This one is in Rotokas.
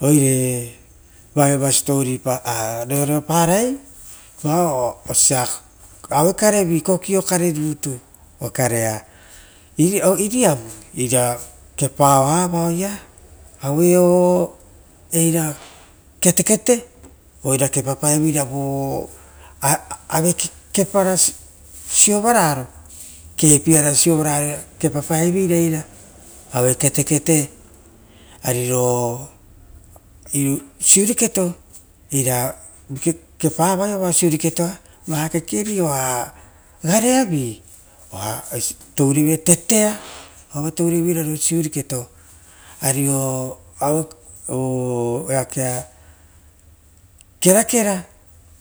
Oire vao iava siposipo pavoi vaoia aae karevi kokio kare. Okarea iriavu iria kepa aue era ketekete oiria kepa pae veira vo avekek kepa sovaraia. Kepi ara soavara ia kepapaevera eira aue ketekete ari ro siuri keto kepava roira garekepavi ora oisio tourevera tetea ario kerakera